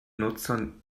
nutzer